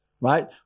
right